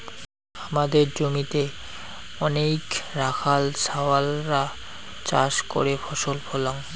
হামাদের জমিতে অনেইক রাখাল ছাওয়ালরা চাষ করে ফসল ফলাং